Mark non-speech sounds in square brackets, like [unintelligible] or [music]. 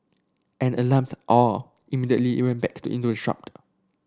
an alarmed all immediately [unintelligible] back into the shop [unintelligible]